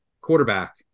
quarterback